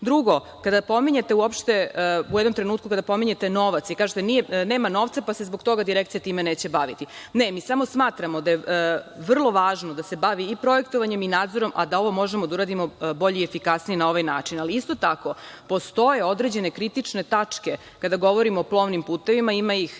luka. Drugo, kada pominjete uopšte novac, vi kažete – nema novca pa se zbog toga direkcija time neće baviti. Ne, mi samo smatramo da je vrlo važno da se bavi i projektovanjem i nadzorom, a da ovo možemo da uradimo bolje i efikasnije na ovaj način. Ali, isto tako, postoje određene kritične tačke, kada govorimo o plovnim putevima, ima ih